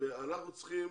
אנחנו צריכים